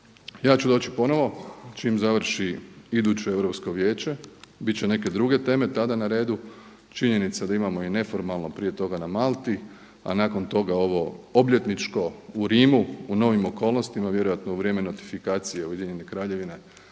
Ja ću doći ponovno čim završi iduće Europsko vijeće. Bit će neke druge teme tada na redu. Činjenica da imamo i neformalno prije toga na Malti, pa nakon toga ovo obljetničko u Rimu u novim okolnostima, vjerojatno u vrijeme notifikacije Ujedinjene Kraljevine